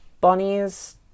bunnies